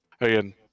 again